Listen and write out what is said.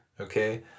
Okay